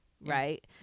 right